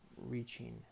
reaching